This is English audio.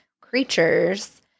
creatures